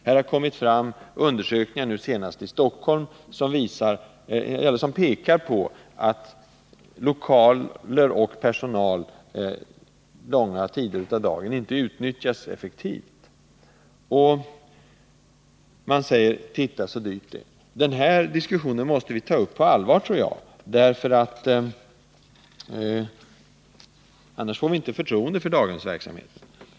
Här har det kommit fram undersökningar, senast i Stockholm, som pekar på att lokaler och personal under en stor del av dagen inte utnyttjas effektivt. Man säger: Se så dyrt det är. Jag tror att vi på allvar måste ta upp den här diskussionen, annars får vi inte förtroende för daghemsverksamheten.